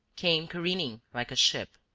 came careening like a ship.